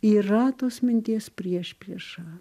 yra tos minties priešprieša